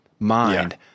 mind